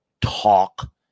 talk